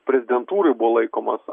prezidentūroj buvo laikomas